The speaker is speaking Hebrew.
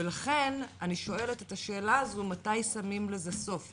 ולכן אני שואלת את השאלה הזו, מתי שמים לזה סוף?